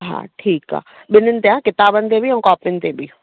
हा ठीकु आहे ॿिन्हनि जा किताबनि ते बि ऐं कॉपिन ते बि